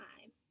time